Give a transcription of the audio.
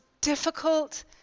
difficult